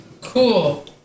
Cool